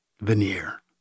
veneer